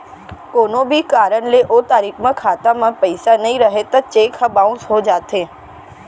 कोनो भी कारन ले ओ तारीख म खाता म पइसा नइ रहय त चेक ह बाउंस हो जाथे